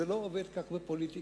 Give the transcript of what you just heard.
זה לא עובד כך בפוליטיקה.